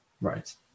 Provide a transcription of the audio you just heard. Right